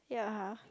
yeah